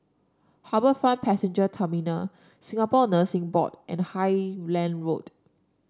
HarbourFront Passenger Terminal Singapore Nursing Board and Highland Road